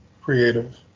Creative